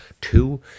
Two